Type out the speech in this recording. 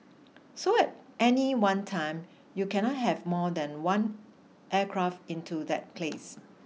so at any one time you cannot have more than one aircraft into that place